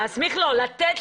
האם אתה לא חושב שהיו יותר